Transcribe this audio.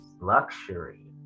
luxury